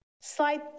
slide